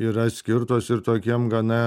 yra atskirtos ir tokiem gana